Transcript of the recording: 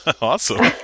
Awesome